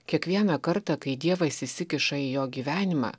kiekvieną kartą kai dievas įsikiša į jo gyvenimą